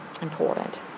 important